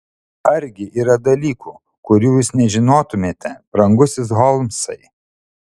argi yra dalykų kurių jūs nežinotumėte brangusis holmsai